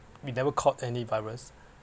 we never caught any virus